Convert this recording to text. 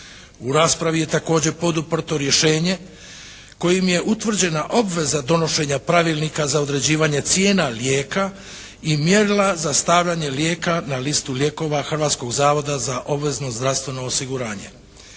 U raspravi je također poduprto rješenje kojim je utvrđena obveza donošenja pravilnika za određivanje cijena lijeka i mjerila za stavljanje lijeka na listu lijekova Hrvatskog zavoda za obvezno zdravstveno osiguranje.